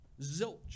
Zilch